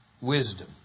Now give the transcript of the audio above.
wisdom